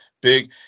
Big